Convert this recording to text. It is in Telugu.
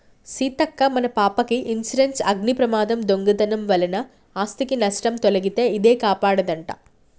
సీతక్క మన పాపకి ఇన్సురెన్సు అగ్ని ప్రమాదం, దొంగతనం వలన ఆస్ధికి నట్టం తొలగితే ఇదే కాపాడదంట